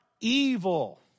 evil